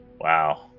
Wow